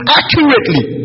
accurately